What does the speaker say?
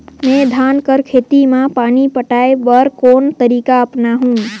मैं धान कर खेती म पानी पटाय बर कोन तरीका अपनावो?